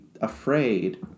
afraid